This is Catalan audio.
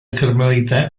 carmelità